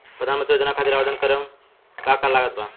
प्रधानमंत्री योजना खातिर आवेदन करम का का लागत बा?